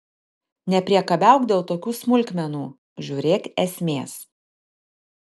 nepriekabiauk dėl tokių smulkmenų žiūrėk esmės